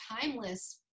timeless